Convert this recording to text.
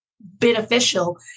beneficial